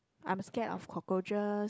I'm scared of cockroaches